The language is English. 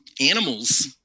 animals